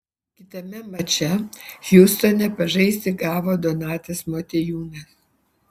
kitame mače hjustone pažaisti gavo donatas motiejūnas